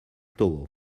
togo